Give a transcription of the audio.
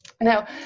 Now